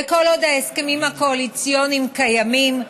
וכל עוד ההסכמים הקואליציוניים קיימים,